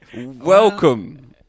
Welcome